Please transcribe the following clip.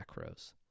macros